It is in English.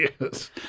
yes